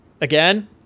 again